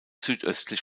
südöstlich